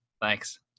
Thanks